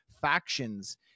factions